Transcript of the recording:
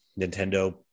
Nintendo